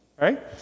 right